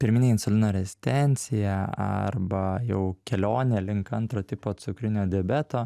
pirminė insulino rezistencija arba jau kelionė link antro tipo cukrinio diabeto